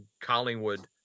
collingwood